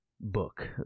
Book